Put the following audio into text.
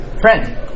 Friend